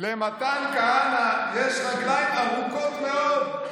למתן כהנא יש רגליים ארוכות מאוד,